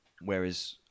whereas